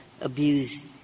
abused